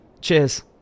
Cheers